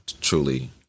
truly